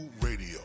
Radio